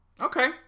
Okay